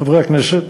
חברי הכנסת,